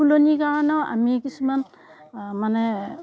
ফুলনিৰ কাৰণেও আমি কিছুমান মানে